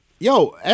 Yo